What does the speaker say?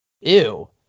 Ew